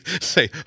say